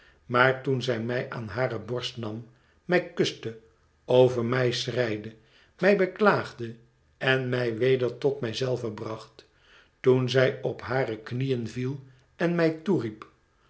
maar toen zij mij aan hare borst nam mij kuste over mij schreide mij beklaagde en mij weder tot mij zelve bracht toen zij op hare knieën viel en mij toeriep